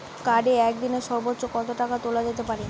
কার্ডে একদিনে সর্বোচ্চ কত টাকা তোলা যেতে পারে?